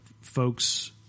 folks